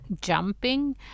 jumping